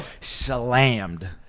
slammed